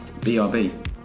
BRB